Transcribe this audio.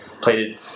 Plated